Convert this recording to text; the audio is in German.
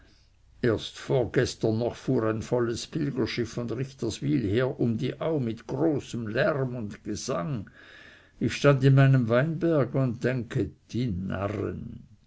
erst vorgestern noch fuhr ein volles pilgerschiff von richterswyl her um die au mit großem lärm und gesang ich stand in meinem weinberge und denke die narren